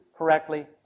correctly